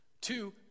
Two